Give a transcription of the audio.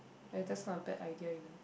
eh that's not a bad idea you know